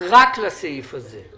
רק לסעיף הזה.